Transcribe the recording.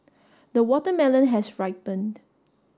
the watermelon has ripened